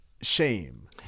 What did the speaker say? shame